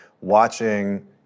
watching